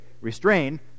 restrain